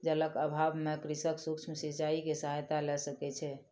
जलक अभाव में कृषक सूक्ष्म सिचाई के सहायता लय सकै छै